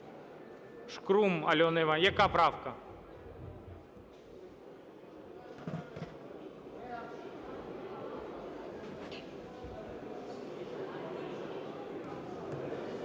Шкрум Альона Іванівна. Яка правка?